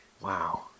Wow